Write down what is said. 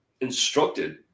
instructed